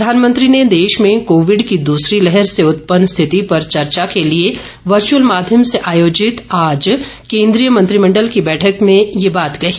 प्रधानमंत्री ने देश में कोविड की दूसरी लहर से उत्पन्न स्थिति पर चर्चा के लिए वर्च्यअल माध्यम से आयोजित आज केन्द्रीय मंत्रिमण्डल की बैठक में यह बात कही